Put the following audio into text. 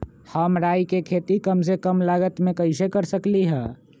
हम राई के खेती कम से कम लागत में कैसे कर सकली ह?